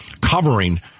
covering